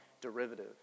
derivative